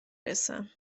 رسم